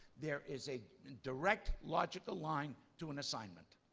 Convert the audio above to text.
there is a and direct logical line to an assignment,